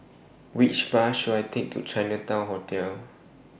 Which Bus should I Take to Chinatown Hotel